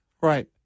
Right